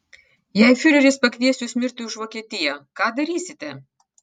jei fiureris pakvies jus mirti už vokietiją ką darysite